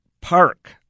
Park